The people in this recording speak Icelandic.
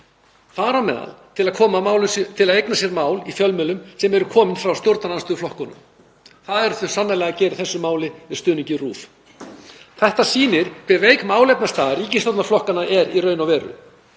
þar á meðal að eigna sér mál í fjölmiðlum sem eru komin frá stjórnarandstöðuflokkunum. Það eru þau sannarlega að gera í þessu máli með stuðningi RÚV. Þetta sýnir hve veik málefnastaða ríkisstjórnarflokkanna er í raun og veru.